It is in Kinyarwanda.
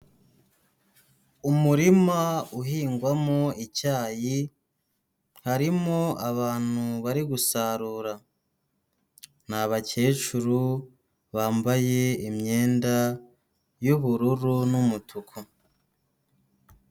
Umurima uhingwamo icyayi, harimo abantu bari gusarura. Ni abakecuru bambaye imyenda y'ubururu n'umutuku.